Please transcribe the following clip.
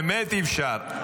באמת אי-אפשר,